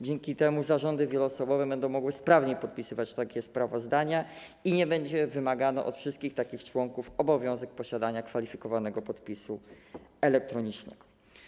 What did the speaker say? Dzięki temu zarządy wieloosobowe będą mogły sprawniej podpisywać takie sprawozdania i nie będzie wymagany od wszystkich takich członków obowiązek posiadania kwalifikowanego podpisu elektronicznego.